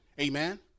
Amen